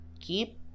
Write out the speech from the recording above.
keep